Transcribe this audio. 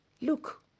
look